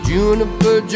Juniper